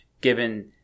Given